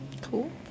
Cool